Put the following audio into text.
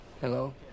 Hello